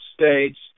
States